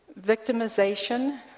victimization